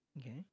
Okay